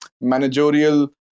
managerial